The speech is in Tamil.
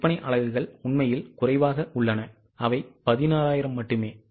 விற்பனை அலகுகள் உண்மையில் குறைவாக உள்ளன அவை 16000 மட்டுமே